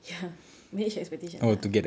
ya manage your expectations ah